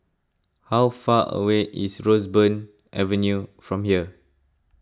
how far away is Roseburn Avenue from here